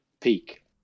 peak